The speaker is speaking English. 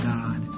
God